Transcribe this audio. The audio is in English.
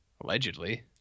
Allegedly